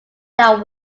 than